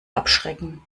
abschrecken